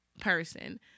person